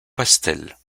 pastel